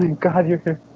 and god you're here